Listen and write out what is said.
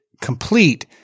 complete